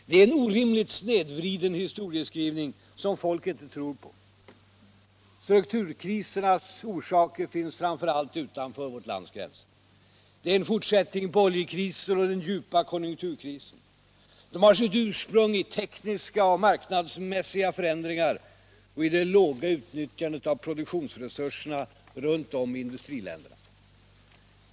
Det är en orimligt snedvriden historieskrivning, som folk inte tror på. Strukturkrisernas orsaker finns framför allt utanför vårt lands gränser. De är en fortsättning på oljekrisen och den djupa konjunkturkrisen. De har sitt ursprung i tekniska och marknadsmässiga förändringar och i det låga utnyttjandet av produktionsresurserna runt om i industriländerna.